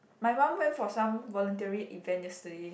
my mum went for some voluntary event yesterday